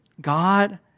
God